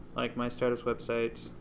like my startup's website.